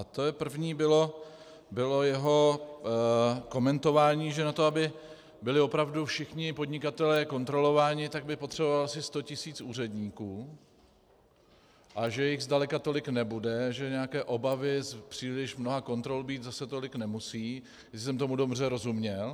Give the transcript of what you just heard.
To první bylo to jeho komentování, že na to, aby byli všichni podnikatelé kontrolování, tak by potřeboval asi sto tisíc úředníků a že jich zdaleka tolik nebude, že nějaké obavy z příliš mnoha kontrol být zase tolik nemusí, jestli jsem tomu dobře rozuměl.